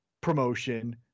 promotion